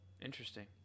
Interesting